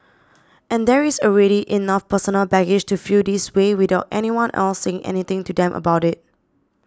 and there is already enough personal baggage to feel this way without anyone else saying anything to them about it